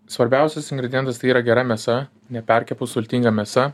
svarbiausias ingredientas tai yra gera mėsa neperkepus sultinga mėsa